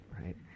right